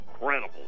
incredible